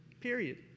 Period